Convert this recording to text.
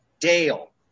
Dale